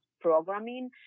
programming